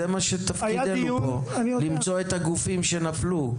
זהו תפקידנו פה למצוא את הגופים שנפלו.